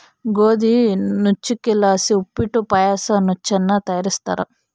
ಗೋದಿ ನುಚ್ಚಕ್ಕಿಲಾಸಿ ಉಪ್ಪಿಟ್ಟು ಪಾಯಸ ನುಚ್ಚನ್ನ ತಯಾರಿಸ್ತಾರ